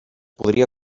podria